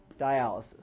dialysis